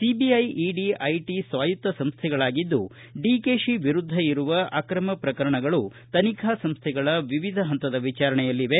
CBI ED IT ಸ್ವಾಯತ್ತ ಸಂಸ್ಥೆಗಳಾಗಿದ್ದು ಡಿಕೆಶಿ ವಿರುದ್ಧ ಇರುವ ಅಕ್ರಮ ಪ್ರಕರಣಗಳು ತನಿಖಾ ಸಂಸ್ಥೆಗಳ ವಿವಿಧ ಪಂತದ ವಿಚಾರಣೆಯಲ್ಲಿವೆ